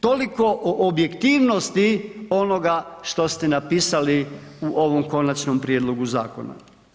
Toliko o objektivnosti onoga što ste napisali u ovom konačnom prijedlogu zakona.